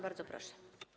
Bardzo proszę.